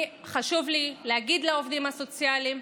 חשוב לי להגיד לעובדים הסוציאליים,